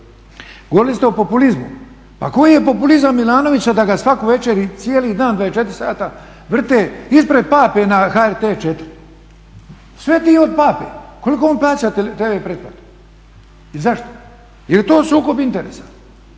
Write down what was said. Govorili ste o populizmu. Pa koji je populizam Milanovića da ga svaku večer i cijeli dan 24 sata vrte ispred pape na HRT4? Svetiji je od pape. Koliko on plaća tv pretplatu? Je li to sukob interesa?